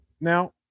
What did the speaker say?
Now